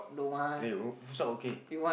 okay workshop okay